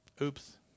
oops